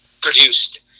produced